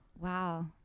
Wow